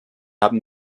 haben